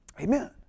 Amen